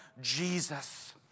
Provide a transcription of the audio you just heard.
Jesus